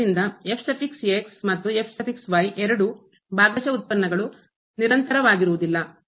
ಆದ್ದರಿಂದ ಮತ್ತು ಎರಡೂ ಭಾಗಶಃ ಉತ್ಪನ್ನಗಳು ನಿರಂತರವಾಗಿರುವುದಿಲ್ಲ